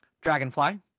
dragonfly